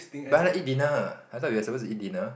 but I want to eat dinner I thought we are supposed to eat dinner